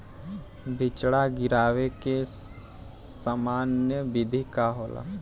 बिचड़ा गिरावे के सामान्य विधि का होला?